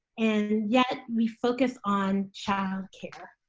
and yet we focus on childcare.